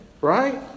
right